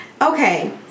okay